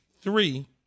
Three